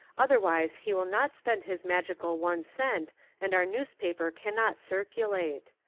otherwise he will not spend his magical one cent and our newspaper cannot circulate.